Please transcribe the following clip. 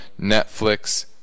Netflix